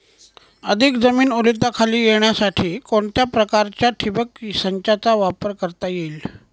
अधिक जमीन ओलिताखाली येण्यासाठी कोणत्या प्रकारच्या ठिबक संचाचा वापर करता येईल?